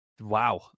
wow